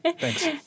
Thanks